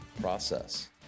process